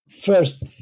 First